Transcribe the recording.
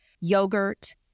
Yogurt